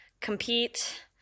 compete